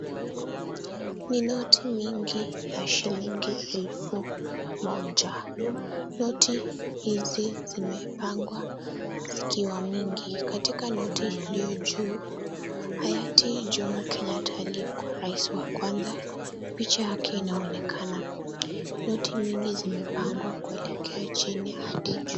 Ni noti mingi ya shilingi elfu moja, noti hizi zimepangwa zikiwa mingi, katika noti iliyo juu, haya Jomo Kenyatta aliyekuwa rais wa kwanza picha yake inaonekana, noti mingi zimepangwa kuelekea chini hadi juu.